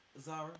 Zara